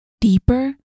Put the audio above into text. deeper